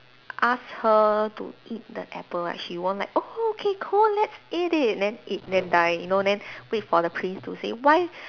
ask her to eat the apple like she won't like oh okay cool let's eat it then eat then die you know then wait for the prince to say why